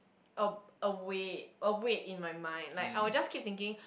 a a way a way in my mind like I will just keep thinking